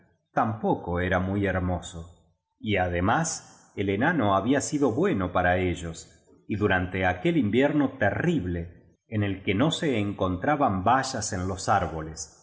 tampoco era muy hermoso y además el enano había sido bueno para ellos y durante aquel invierno terrible en el que no se encontraban bayas en los árboles